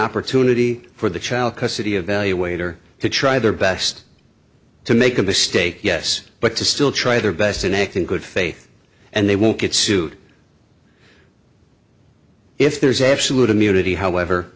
opportunity for the child custody of value waiter to try their best to make a mistake yes but to still try their best and act in good faith and they won't get sued if there's absolute immunity however